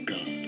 God